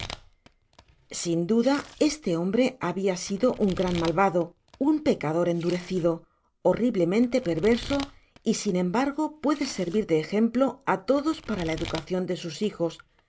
sin duda este hombre habia sido un gran malvado un pecador endurecido horriblemente perverso y sin embargo puede servir de ejemplo á todos para la educacion de sus hijos